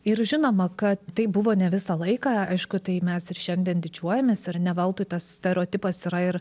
ir žinoma kad taip buvo ne visą laiką aišku tai mes ir šiandien didžiuojamės ir ne veltui tas stereotipas yra ir